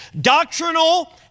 doctrinal